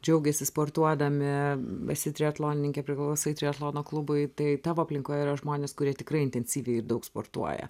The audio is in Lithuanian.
džiaugiasi sportuodami esi triatlonininkė priklausai triatlono klubui tai tavo aplinkoje yra žmonės kurie tikrai intensyviai ir daug sportuoja